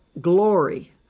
glory